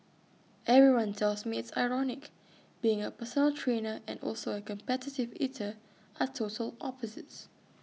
everyone tells me it's ironic being A personal trainer and also A competitive eater are total opposites